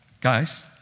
Guys